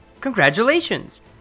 Congratulations